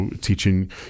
teaching